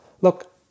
look